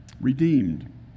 redeemed